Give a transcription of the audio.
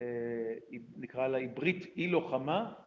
‫נקרא לה, היא ברית אי-לוחמה.